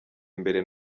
imbere